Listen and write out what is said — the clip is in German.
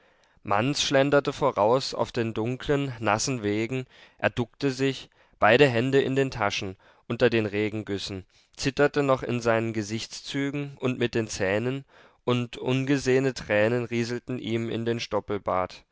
manz schlenderte voraus auf den dunklen nassen wegen er duckte sich beide hände in den taschen unter den regengüssen zitterte noch in seinen gesichtszügen und mit den zähnen und ungesehene tränen rieselten ihm in den stoppelbart